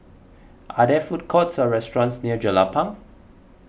are there food courts or restaurants near Jelapang